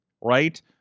right